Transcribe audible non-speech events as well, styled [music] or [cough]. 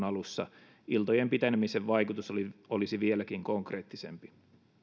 [unintelligible] alussa iltojen pitenemisen vaikutus olisi vieläkin konkreettisempi